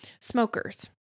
smokers